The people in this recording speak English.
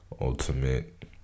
ultimate